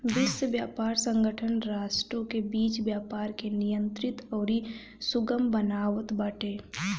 विश्व व्यापार संगठन राष्ट्रों के बीच व्यापार के नियंत्रित अउरी सुगम बनावत बाटे